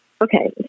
Okay